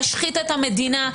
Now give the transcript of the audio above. אתם להשחית את המדינה.